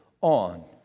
on